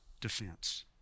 defense